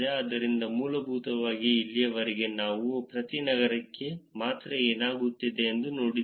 ಆದ್ದರಿಂದ ಮೂಲಭೂತವಾಗಿ ಇಲ್ಲಿಯವರೆಗೆ ನಾವು ಪ್ರತಿ ನಗರಕ್ಕೆ ಮಾತ್ರ ಏನಾಗುತ್ತಿದೆ ಎಂದು ನೋಡಿದ್ದೇವೆ